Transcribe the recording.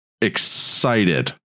excited